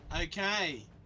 Okay